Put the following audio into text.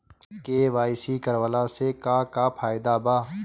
KYC करवला से का का फायदा बा?